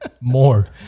More